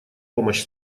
помощь